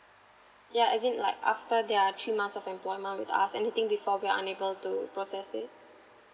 yeah as in like after they are three months of employment with us anything before we are unable to process it